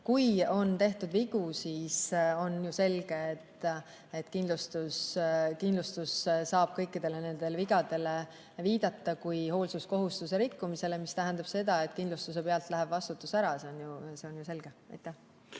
Kui on tehtud vigu, siis on ju selge, et kindlustus saab kõikidele nendele vigadele viidata kui hoolsuskohustuse rikkumisele, mis tähendab seda, et kindlustuse pealt läheb vastutus ära. See on ju selge. Aitäh!